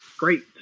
Great